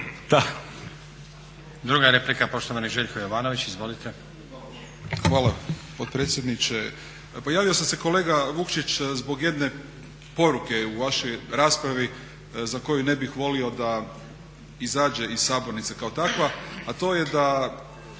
Druga replika, poštovani Željko Jovanović. Izvolite. **Jovanović, Željko (SDP)** Hvala potpredsjedniče. Pa javio sam se kolega Vukšić zbog jedne poruke u vašoj raspravi za koju ne bih volio da izađe iz sabornice kao takva, a to je da